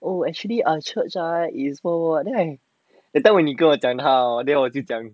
oh actually ah church ah is for what then I that time when 你跟我讲他 hor then 我就讲